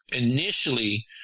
initially